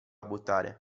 buttare